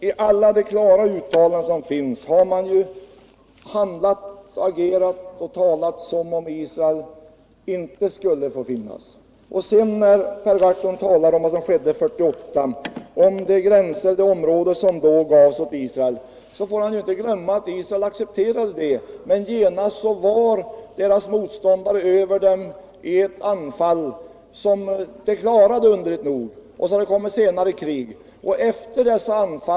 I alla sammanhang har man ju agerat och talat som om Israel inte skulle få finnas. När Per Gahrton talar om vad som skedde 1948 då Israel fick sina gränser, får han inte glömma att Israel accepterade detta. Men omedelbart riktade motståndarna ett anfall mot Israel, som Israel underligt nog klarade. Även senare har det förekommit krig.